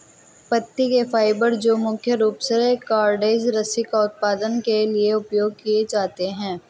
पत्ती के फाइबर जो मुख्य रूप से कॉर्डेज रस्सी का उत्पादन के लिए उपयोग किए जाते हैं